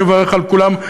אני מברך על כולן,